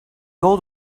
old